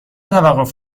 توقف